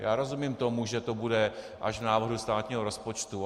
Já rozumím tomu, že to bude až v návrhu státního rozpočtu.